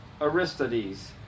Aristides